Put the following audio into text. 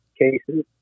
cases